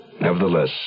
Nevertheless